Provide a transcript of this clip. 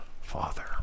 Father